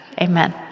amen